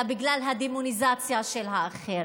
אלא בגלל הדמוניזציה של האחר,